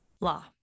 law